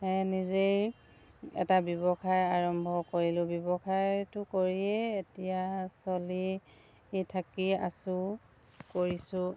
নিজেই এটা ব্যৱসায় আৰম্ভ কৰিলোঁ ব্যৱসায়টো কৰিয়ে এতিয়া চলি থাকি আছোঁ কৰিছোঁ